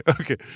okay